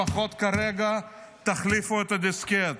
לפחות כרגע תחליפו את הדיסקט.